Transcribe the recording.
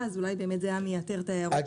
אז אולי זה באמת היה מייתר את ההערות שלי עכשיו.